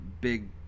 big